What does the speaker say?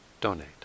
donate